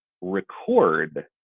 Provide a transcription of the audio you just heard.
record